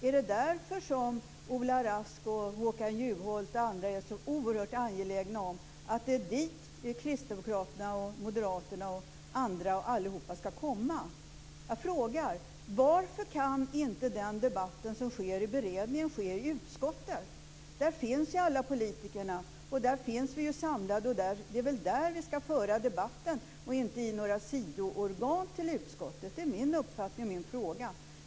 Är det därför som Ola Rask, Håkan Juholt och andra är så oerhört angelägna om att det är dit kristdemokraterna, moderaterna och alla andra ska komma? Jag frågar: Varför kan inte den debatten som sker i beredningen ske i utskottet? Där finns ju alla politikerna. Där finns vi ju samlade. Det är väl där vi ska föra debatten och inte i några sidoorgan till utskottet? Det är min uppfattning och min fråga.